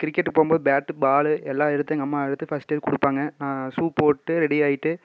cricket போம்போது bat ball எல்லாம் எடுத்து எங்கள் அம்மா எடுத்து ஃபர்ஸ்ட்டே கொடுப்பாங்க ஷூ போட்டு ரெடி ஆயிவிட்டு